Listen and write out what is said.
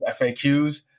FAQs